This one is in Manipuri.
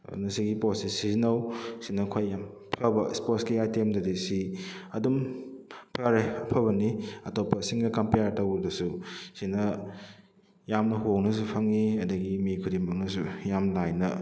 ꯑꯗꯨꯅ ꯁꯤꯒꯤ ꯄꯣꯠꯁꯤ ꯁꯤꯖꯤꯟꯅꯧ ꯑꯁꯤꯅ ꯈ꯭ꯋꯥꯏꯗꯩ ꯌꯥꯝ ꯐꯕ ꯁ꯭ꯄꯣꯔꯠꯁꯀꯤ ꯑꯥꯏꯇꯦꯝꯗꯗꯤ ꯑꯁꯤ ꯑꯗꯨꯝ ꯐꯔꯦ ꯑꯐꯕꯅꯤ ꯑꯇꯣꯞꯄ ꯁꯤꯡꯒ ꯀꯝꯄꯤꯌꯔ ꯇꯧꯕꯗꯁꯨ ꯑꯁꯤꯅ ꯌꯥꯝꯅ ꯍꯣꯡꯅꯁꯨ ꯐꯪꯏ ꯑꯗꯨꯗꯒꯤ ꯃꯤ ꯈꯨꯗꯤꯡꯃꯛꯅꯁꯨ ꯌꯥꯝ ꯂꯥꯏꯅ